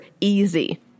easy